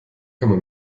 komme